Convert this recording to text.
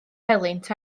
helynt